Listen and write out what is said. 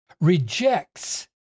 rejects